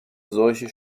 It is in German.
solche